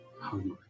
hungry